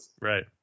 right